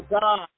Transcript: God